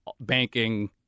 banking